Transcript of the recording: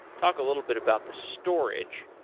talk a little bit about the storage.